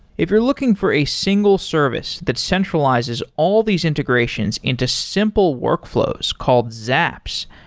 if you're looking for a single service that centralizes all these integrations into simple workflows called zaps,